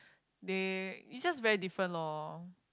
they it's just very different lor